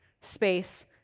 space